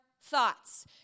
thoughts